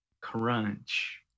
crunch